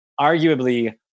arguably